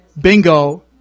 Bingo